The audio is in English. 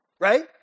Right